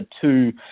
two